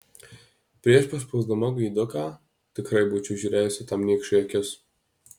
prieš paspausdama gaiduką tikrai būčiau žiūrėjusi tam niekšui į akis